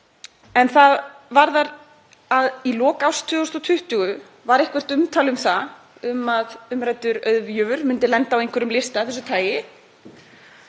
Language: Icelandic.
En það varðar að í lok árs 2020 varð eitthvert umtal um það að umræddur auðjöfur myndi lenda á einhverjum lista af þessu tagi